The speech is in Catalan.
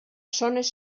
zones